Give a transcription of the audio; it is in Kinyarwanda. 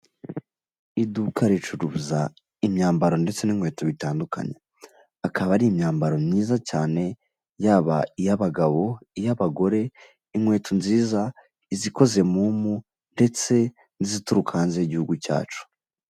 Iduka ricuruza imyambaro ndetse n'inkweto bitandukanye, akaba ari imyambaro myiza cyane yaba: iy'abagabo, iy'abagore, inkweto nziza, izikoze mu mpu, ndetse n'izituruka hanze igihugu cyacu.